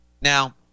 Now